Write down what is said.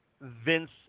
Vince